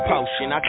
Potion